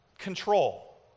control